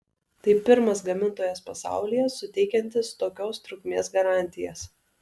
tai pirmas gamintojas pasaulyje suteikiantis tokios trukmės garantijas